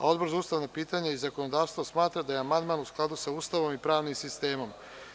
Odbor za ustavna pitanja i zakonodavstvo smatra da je amandman u skladu sa Ustavom i pravnim sistemom.